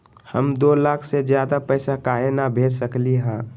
हम दो लाख से ज्यादा पैसा काहे न भेज सकली ह?